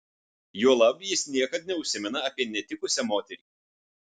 juolab jis niekad neužsimena apie netikusią moterį